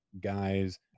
guys